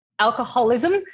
alcoholism